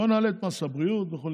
בוא נעלה את מס הבריאות וכו'.